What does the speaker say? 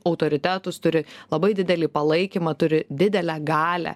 autoritetus turi labai didelį palaikymą turi didelę galią